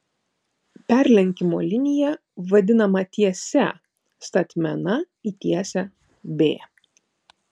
perlenkimo linija vadinama tiese statmena į tiesę b